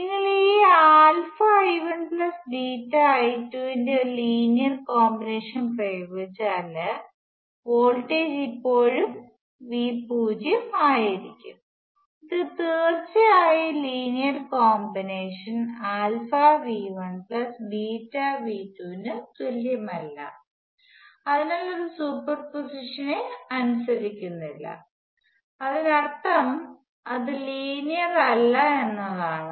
നിങ്ങൾ ഈ I1 I2 ന്റെ ഒരു ലീനിയർ കോമ്പിനേഷൻ പ്രയോഗിച്ചാൽ വോൾട്ടേജ് ഇപ്പോഴും Vo ആയിരിക്കും ഇത് തീർച്ചയായും ലീനിയർ കോമ്പിനേഷൻ V1 V2 ന് തുല്യമല്ല അതിനാൽ അത് സൂപ്പർപോസിഷനെ അനുസരിക്കുന്നില്ല അതിനർത്ഥം അത് ലീനിയർ അല്ല എന്നാണ്